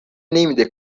نمیده